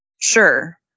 Sure